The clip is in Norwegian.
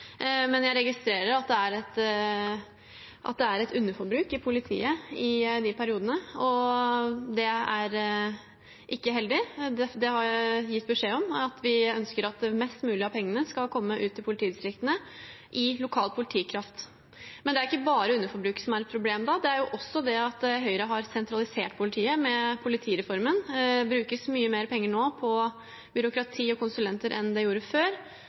men jeg registrerer at det er et underforbruk i politiet i de periodene, og det er ikke heldig. Jeg har gitt beskjed om at vi ønsker at mest mulig av pengene skal komme ut til politidistriktene i lokal politikraft. Det er ikke bare underforbruket som er et problem. Det er også det at Høyre har sentralisert politiet med politireformen. Det brukes mye mer penger på byråkrati og konsulenter nå enn det gjorde før,